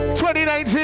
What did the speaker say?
2019